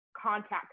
contact